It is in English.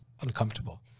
uncomfortable